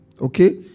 Okay